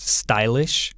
stylish